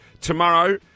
tomorrow